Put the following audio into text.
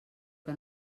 que